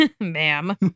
ma'am